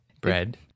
Bread